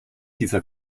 dieser